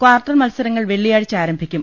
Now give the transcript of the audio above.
quarter മത്സരങ്ങൾ വെള്ളിയാഴ്ച ആരംഭിക്കും